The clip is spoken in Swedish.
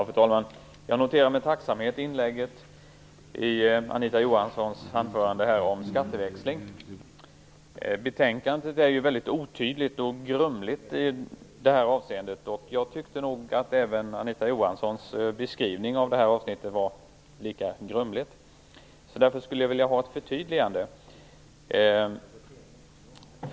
Fru talman! Jag noterar med tacksamhet inlägget om skatteväxling i Anita Johanssons replik. Betänkandet är ju väldigt otydligt och grumligt i detta avseende och jag tyckte nog att Anita Johanssons beskrivning av avsnittet var lika grumlig. Därför skulle jag vilja ha ett förtydligande.